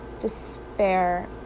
despair